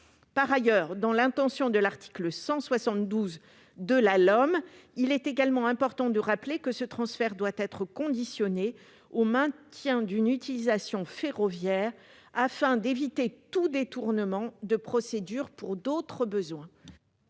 correspondre à l'intention de l'article 172 de la LOM, il est également important de rappeler que ce transfert doit être conditionné au maintien d'une utilisation ferroviaire de l'infrastructure, afin d'éviter tout détournement de procédure pour d'autres besoins.